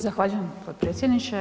Zahvaljujem potpredsjedniče.